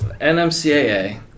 NMCAA